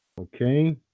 Okay